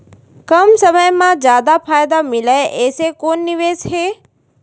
कम समय मा जादा फायदा मिलए ऐसे कोन निवेश हे?